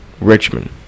Richmond